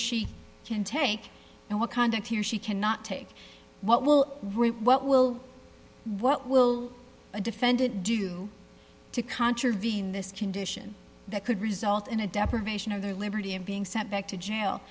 she can take and what conduct he or she cannot take what will what will what will a defendant do to contravene this condition that could result in a deprivation of their liberty of being sent back to jail